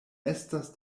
estas